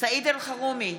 סעיד אלחרומי,